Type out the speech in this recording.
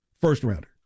first-rounder